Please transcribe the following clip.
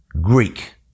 Greek